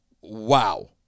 wow